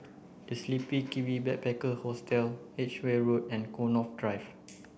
The Sleepy Kiwi Backpacker Hostel Edgeware Road and Connaught Drive